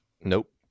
Nope